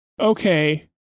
Okay